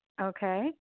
Okay